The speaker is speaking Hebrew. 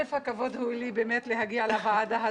הכבוד הוא לי להגיע לוועדה הזאת,